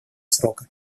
срока